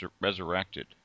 resurrected